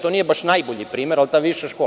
To nije baš najbolji primer, ali ta viša škola.